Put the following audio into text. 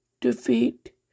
defeat